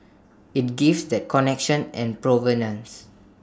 IT gives that connection and provenance